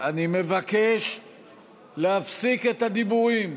אדוני, אני מבקש להפסיק את הדיבורים.